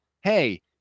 Hey